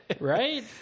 right